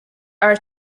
are